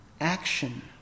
action